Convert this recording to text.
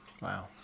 wow